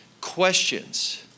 questions